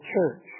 church